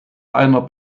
einer